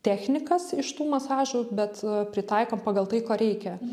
technikas iš tų masažų bet pritaikom pagal tai ko reikia